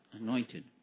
anointed